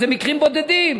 וזה מקרים בודדים.